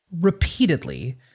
repeatedly